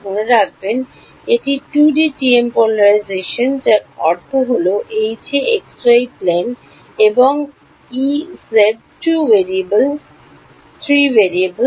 মনে রাখবেন এটি 2D টি এম পোলারাইজেশন যার অর্থ H এ xy planeএবং Ez 2 ভেরিয়েবল 3 ভেরিয়েবল